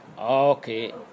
okay